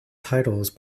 titles